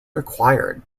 required